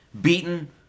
beaten